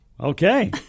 Okay